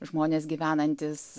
žmonės gyvenantys